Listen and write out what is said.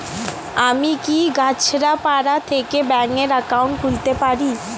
আমি কি কাছরাপাড়া থেকে ব্যাংকের একাউন্ট খুলতে পারি?